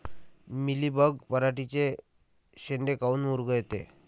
Mealybug पराटीचे चे शेंडे काऊन मुरगळते?